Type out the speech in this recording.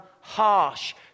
harsh